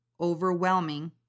overwhelming